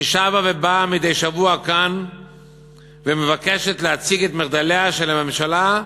ששבה ובאה מדי שבוע כאן ומבקשת להציג את מחדליה של הממשלה,